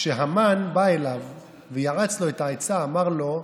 כשהמן בא אליו ויעץ לו את העצה, אמר לו: